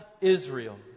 Israel